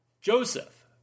Joseph